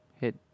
Hit